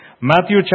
Matthew